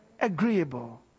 Agreeable